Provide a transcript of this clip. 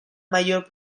mayor